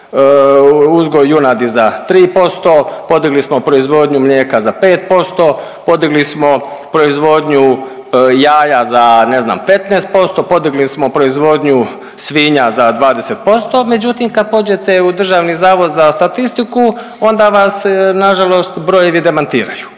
uzgoj junadi za 3%, podigli smo proizvodnju mlijeka za 5%, podigli smo proizvodnju jaja ne znam za 15%, podigli smo proizvodnju svinja za 20% međutim kad pođete u DZS onda vas nažalost brojevi demantiraju.